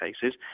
cases